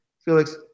Felix